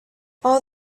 all